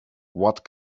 what